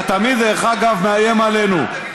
אתה תמיד, דרך אגב, מאיים עלינו.